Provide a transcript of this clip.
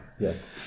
yes